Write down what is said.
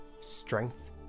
strength